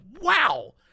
wow